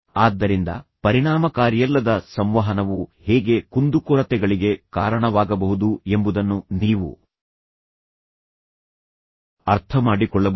ಆದ್ದರಿಂದ ಪರಿಣಾಮಕಾರಿಯಲ್ಲದ ಸಂವಹನವು ಹೇಗೆ ಕುಂದುಕೊರತೆಗಳಿಗೆ ಕಾರಣವಾಗಬಹುದು ಎಂಬುದನ್ನು ನೀವು ಅರ್ಥಮಾಡಿಕೊಳ್ಳಬಹುದು